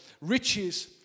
riches